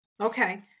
okay